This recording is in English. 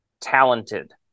talented